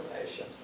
Information